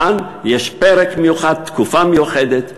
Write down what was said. כאן יש פרק מיוחד, תקופה מיוחדת.